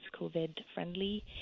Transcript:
COVID-friendly